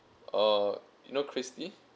uh you know christie